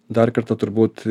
dar kartą turbūt